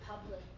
public